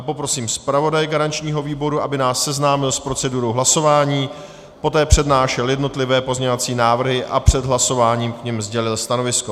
Poprosím zpravodaje garančního výboru, aby nás seznámil s procedurou hlasování, poté přednášel jednotlivé pozměňovací návrhy a před hlasováním k nim sdělil stanovisko.